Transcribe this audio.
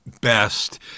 best